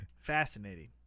fascinating